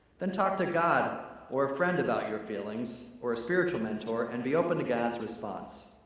then talk to god or a friend about your feelings or a spiritual mentor and be open to god's response.